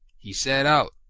he set out,